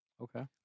Okay